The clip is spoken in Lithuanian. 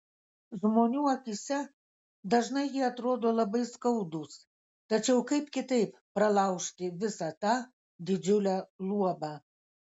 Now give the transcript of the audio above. žmonių akyse dažnai jie atrodo labai skaudūs tačiau kaip kitaip pralaužti visa tą didžiulę luobą